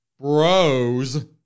Bros